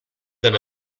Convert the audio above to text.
than